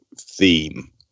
theme